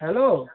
hello